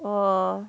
oh